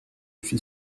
suis